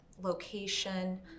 location